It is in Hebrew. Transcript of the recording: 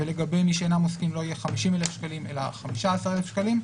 ולגבי מי שאינם עוסקים לא יהיה 50,000 שקלים אלא 15,000 שקלים.